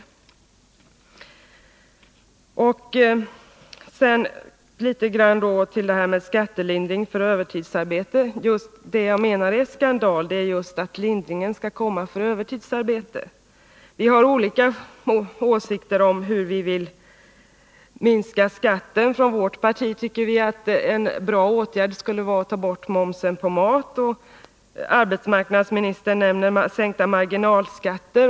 Vad jag menar är skandal är om skatten på övertidsarbete minskas. Vi har olika åsikter om hur vi vill minska skatten. Från vårt parti tycker vi att en bra åtgärd skulle vara att ta bort momsen på mat, och arbetsmarknadsministern nämner sänkta marginalskatter.